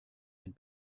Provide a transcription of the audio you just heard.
had